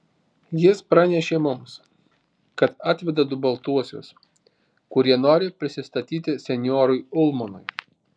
jis pranešė mums kad atveda du baltuosius kurie nori prisistatyti senjorui ulmanui